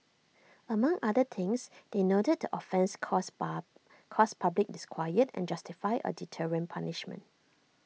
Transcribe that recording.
among other things they noted the offence caused pub caused public disquiet and justified A deterrent punishment